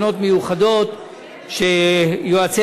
עד היום היה צורך בבחינות מיוחדות שיועצי